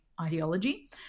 ideology